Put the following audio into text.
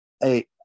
Hey